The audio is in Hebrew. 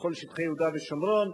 בכל שטחי יהודה ושומרון,